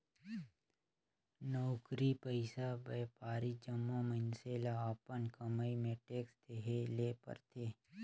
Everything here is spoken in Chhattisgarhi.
नउकरी पइसा, बयपारी जम्मो मइनसे ल अपन कमई में टेक्स देहे ले परथे